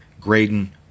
Graydon